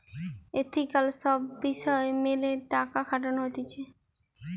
ethical সব বিষয় মেলে টাকা খাটানো হতিছে